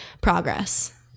progress